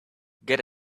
get